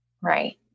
Right